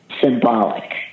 symbolic